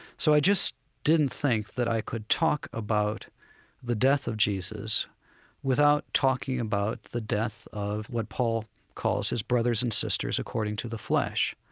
so i just didn't think that i could talk about the death of jesus without talking about the death of what paul calls his brothers and sisters according to the flesh,